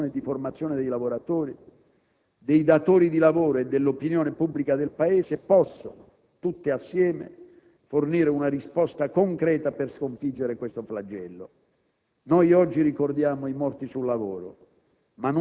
Una grande opera di sensibilizzazione, di informazione e di formazione dei lavoratori, dei datori di lavoro e dell'opinione pubblica del Paese possono, tutte assieme, fornire una risposta concreta per sconfiggere questo flagello.